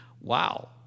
Wow